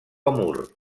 amur